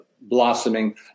blossoming